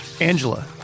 Angela